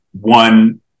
one